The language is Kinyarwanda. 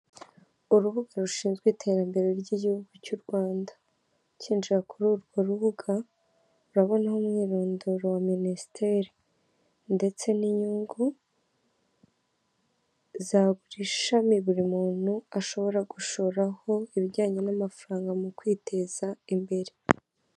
Urubuga rushinzwe iterambere ry'igihugu cy'u Rwanda. Ucyinjira kuri urwo rubuga, urabonaho umwirindoro wa minisiteri. Ndetse n'inyungu za buri shami buri muntu ashobora gushoraho ibijyanye n'amafaranga mu kwiteza imbere.